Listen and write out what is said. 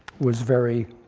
was very,